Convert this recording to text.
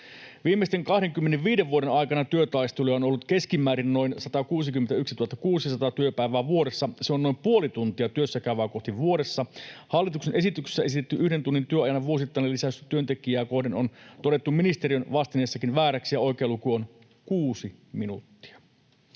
Viimeisten 25 vuoden aikana työtaisteluja on ollut keskimäärin noin 161 600 työpäivää vuodessa. Se on noin puoli tuntia työssä käyvää kohti vuodessa. Hallituksen esityksessä esitetty yhden tunnin työajan vuosittainen lisäys työntekijää kohden on todettu ministeriön vastineessakin vääräksi, ja oikea luku on kuusi minuuttia.